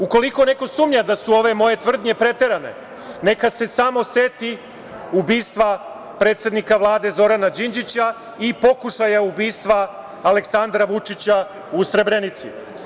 Ukoliko neko sumnja da su ove moje tvrdnje preterane, neka se samo seti ubistva predsednika Vlade, Zorana Đinđića i pokušaja ubistva Aleksandra Vučića u Srebrenici.